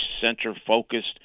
center-focused